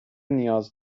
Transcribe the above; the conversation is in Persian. نیاز